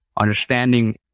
understanding